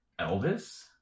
Elvis